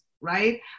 right